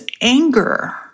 anger